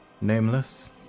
nameless